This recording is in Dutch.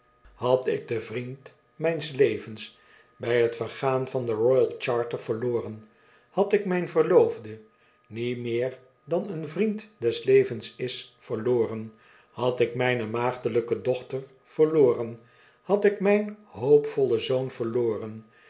had ik den vriend mijns levens bij t vergaan van de royal charter verloren had ik mijn verloofde die meer dan een vriend des levens is verloren had ik mijne maagdelijke dochter verloren had ik mijn hoop vollen zoon verloren